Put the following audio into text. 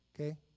Okay